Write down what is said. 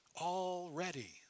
Already